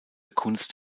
kunst